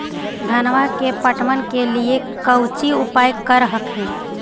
धनमा के पटबन के लिये कौची उपाय कर हखिन?